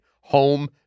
Home